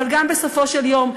אבל גם בסופו של יום,